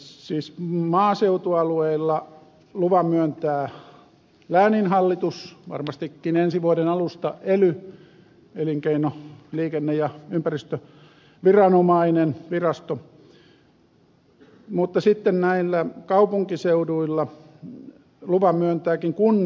siis maaseutualueilla luvan myöntää lääninhallitus varmastikin ensi vuoden alusta ely elinkeino liikenne ja ympäristövirasto mutta sitten näillä kaupunkiseuduilla luvan myöntääkin kunnan viranomainen